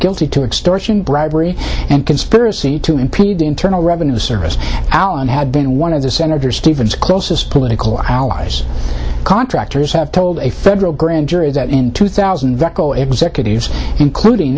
guilty to extortion bribery and conspiracy to impede internal revenue service allen had been one of the senator stevens closest political allies contractors have told a federal grand jury that in two thousand veco executives including